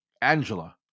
Angela